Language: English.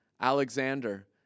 Alexander